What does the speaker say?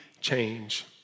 change